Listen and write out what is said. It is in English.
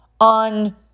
on